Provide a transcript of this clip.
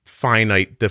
finite